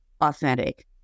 authentic